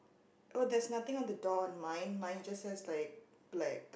oh there's nothing on the door on mine mine just has like black